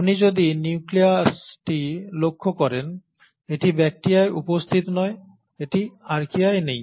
আপনি যদি নিউক্লিয়াসটি লক্ষ্য করেন এটি ব্যাকটিরিয়ায় উপস্থিত নয় এটি আর্চিয়ায় নেই